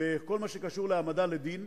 בכל מה שקשור להעמדה לדין,